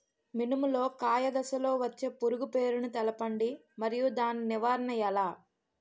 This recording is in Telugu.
మినుము లో కాయ దశలో వచ్చే పురుగు పేరును తెలపండి? మరియు దాని నివారణ ఎలా?